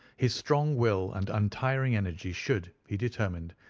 his strong will and untiring energy should, he determined,